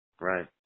Right